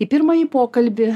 į pirmąjį pokalbį